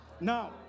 Now